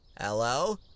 Hello